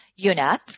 UNEP